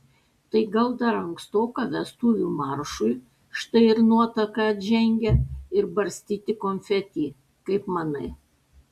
tai gal dar ankstoka vestuvių maršui štai ir nuotaka atžengia ir barstyti konfeti kaip manai